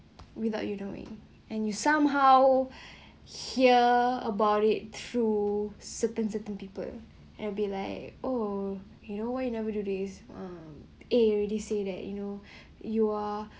without you knowing and you somehow hear about it through certain certain people and be like oh you know why you never do this um eh already say that you know you are